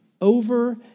over